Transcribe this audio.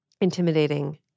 intimidating